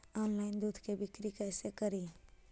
Online दुध के बिक्री कैसे करि?